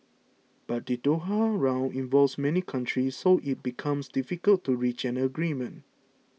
but the Doha Round involves many countries so it becomes difficult to reach an agreement